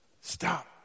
stop